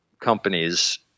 companies